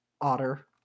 otter